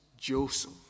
Joseph